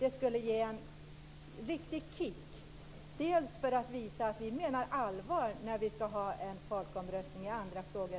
Det skulle ge en riktig kick för att visa att vi menar allvar när vi genomför folkomröstningar också i andra frågor.